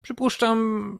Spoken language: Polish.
przypuszczam